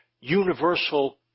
universal